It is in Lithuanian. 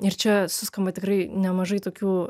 ir čia suskamba tikrai nemažai tokių